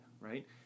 Right